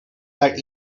that